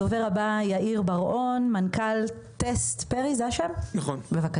הדובר הבא יאיר בר-און, מנכ"ל TestFairy, בבקשה.